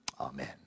Amen